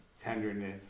Tenderness